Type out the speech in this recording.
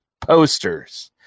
posters